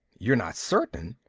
you're not certain?